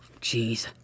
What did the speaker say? Jeez